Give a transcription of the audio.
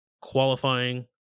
qualifying